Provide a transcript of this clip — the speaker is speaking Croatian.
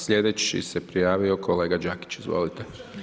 Slijedeći se prijavio kolega Đakić, izvolite.